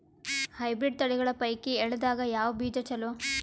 Hybrid ತಳಿಗಳ ಪೈಕಿ ಎಳ್ಳ ದಾಗ ಯಾವ ಬೀಜ ಚಲೋ?